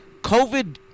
Covid